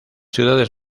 ciudades